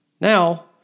Now